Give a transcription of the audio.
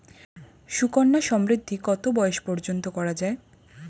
সুকন্যা সমৃদ্ধী কত বয়স পর্যন্ত করা যায়?